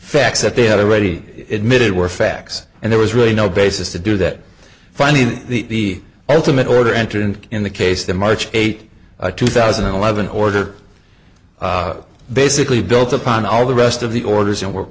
facts that they had already admitted were facts and there was really no basis to do that finding the ultimate order entered in the case the march eighth two thousand and eleven order basically built upon all the rest of the orders and were